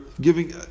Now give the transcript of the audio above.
giving